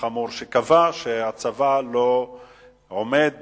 שקבע שהצבא לא עומד